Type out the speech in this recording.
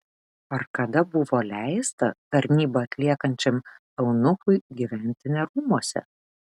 ar kada buvo leista tarnybą atliekančiam eunuchui gyventi ne rūmuose